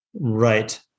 Right